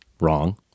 wrong